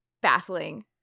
baffling